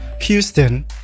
Houston